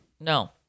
No